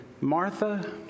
Martha